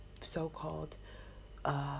so-called